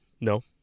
no